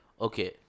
Okay